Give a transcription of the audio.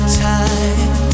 time